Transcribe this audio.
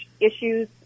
issues